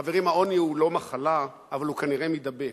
חברים, העוני הוא לא מחלה, אבל הוא כנראה מידבק.